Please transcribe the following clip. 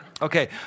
Okay